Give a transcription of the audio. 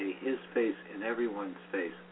his-face-in-everyone's-face